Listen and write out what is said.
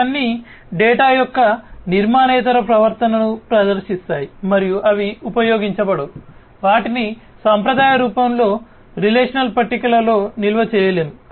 ఇవన్నీ డేటా యొక్క నిర్మాణేతర ప్రవర్తనను ప్రదర్శిస్తాయి మరియు అవి ఉపయోగించబడవు వాటిని సాంప్రదాయ రూపంలో రిలేషనల్ పట్టికలలో నిల్వ చేయలేము